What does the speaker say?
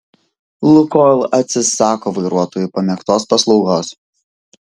lukoil atsisako vairuotojų pamėgtos paslaugos